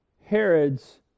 Herod's